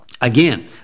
again